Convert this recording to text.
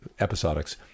episodics